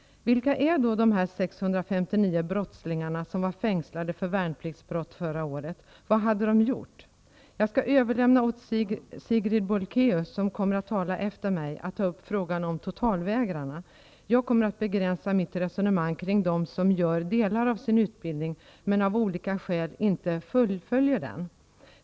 Vilka är då dessa 659 brottslingar, som var fängslade för värnpliktsbrott förra året? Vad hade de gjort? Jag skall överlämna åt Sigrid Bolkéus, som kommer att tala efter mig, att ta upp frågan om totalvägrarna. Jag kommer att begränsa mitt resonemang till dem som gör delar av sin utbildning, men av olika skäl inte fullföljer den.